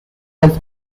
has